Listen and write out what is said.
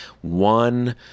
One